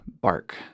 bark